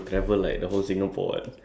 taxi driver sounds cool